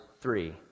three